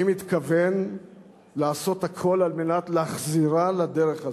אני מתכוון לעשות הכול כדי להחזירה לדרך הזאת.